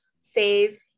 save